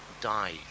die